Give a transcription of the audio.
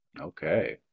Okay